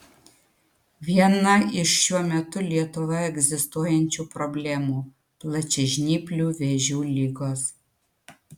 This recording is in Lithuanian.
viena iš šiuo metu lietuvoje egzistuojančių problemų plačiažnyplių vėžių ligos